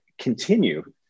continue